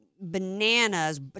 bananas